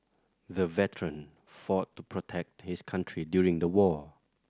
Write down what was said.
the veteran fought to protect his country during the war